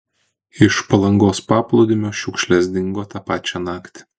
iš palangos paplūdimio šiukšlės dingo tą pačią naktį